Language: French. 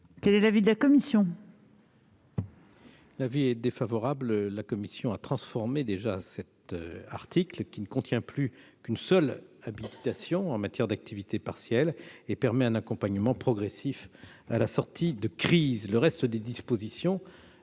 Quel est l'avis de la commission ? La commission a déjà modifié cet article qui ne contient plus qu'une seule habilitation en matière d'activité partielle et qui permet un accompagnement progressif de la sortie de crise. Le reste des dispositions